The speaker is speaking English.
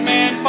Man